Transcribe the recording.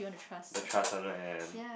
the trust one right that one